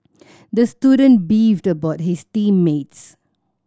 the student beefed about his team mates